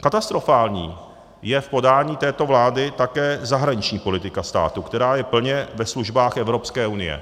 Katastrofální je v podání této vlády také zahraniční politika státu, která je plně ve službách Evropské unie.